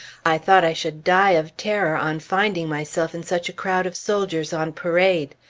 i thought i should die of terror on finding myself in such a crowd of soldiers on parade.